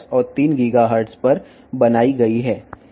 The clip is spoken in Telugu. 5 GHz మరియు 3GHz వద్ద సృష్టించబడిందని మీరు చూడవచ్చు